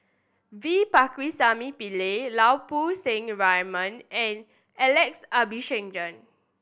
V Pakirisamy Pillai Lau Poo Seng Raymond and Alex Abisheganaden